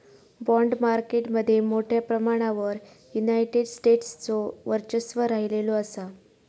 bond market मध्ये मोठ्या प्रमाणावर युनायटेड स्टेट्सचो वर्चस्व राहिलेलो असा